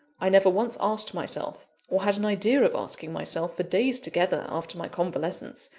i never once asked myself, or had an idea of asking myself, for days together, after my convalescence,